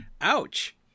ouch